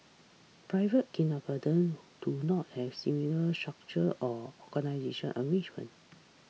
private kindergartens do not have similar structural or organisational arrangements